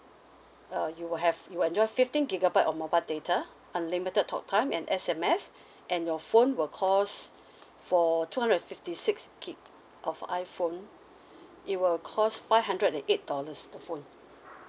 uh you will have you'll enjoy fifteen gigabyte of mobile data unlimited talk time and S_M_S and your phone will cost for two hundred fifty six gig of iPhone it will cost five hundred eighty eight dollars the phone